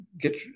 get